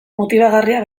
motibagarria